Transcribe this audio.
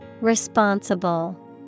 Responsible